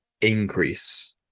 increase